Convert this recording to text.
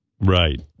Right